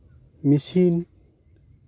machine